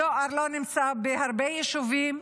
דואר לא נמצא בהרבה יישובים,